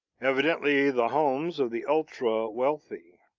evidently the homes of the ultra-wealthy.